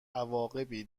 عواقبی